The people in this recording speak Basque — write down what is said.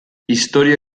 istorio